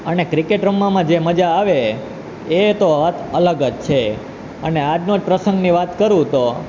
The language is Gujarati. અને ક્રિકેટ રમવામાં જે મજા આવે એ તો વાત અલગ જ છે અને આજના જ પ્રસંગની વાત કરું તો